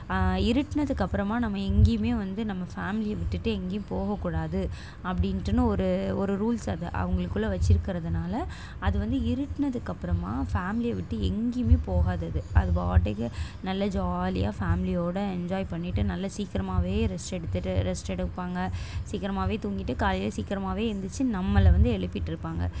இருட்டுனதுக்கு அப்புறமா நம்ம எங்கேயுமே வந்து நம்ம ஃபேம்லியை விட்டுட்டு எங்கியும் போகக்கூடாது அப்படின்ட்டுன்னு ஒரு ஒரு ரூல்ஸ் அதை அவங்களுக்குள்ள வச்சுருக்கறதனால அது வந்து இருட்டுனதுக்கு அப்புறமா ஃபேம்லியை விட்டு எங்கேயுமே போகாது அது அது பாட்டுக்கே நல்ல ஜாலியா ஃபேம்லியோட என்ஜாய் பண்ணிவிட்டு நல்லா சீக்கிரமாவே ரெஸ்ட் எடுத்துவிட்டு ரெஸ்ட் எடுப்பாங்க சீக்கிரமாவே தூங்கிவிட்டு காலையில் சீக்கிரமாவே எழுந்திரிச்சி நம்மளை வந்து எழுப்பிட்டு இருப்பாங்க